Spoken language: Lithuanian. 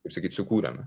kaip sakyt sukūrėme